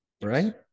Right